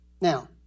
Now